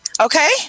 Okay